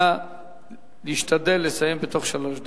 נא להשתדל לסיים בתוך שלוש דקות.